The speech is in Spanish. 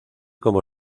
como